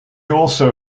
also